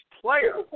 player